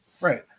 Right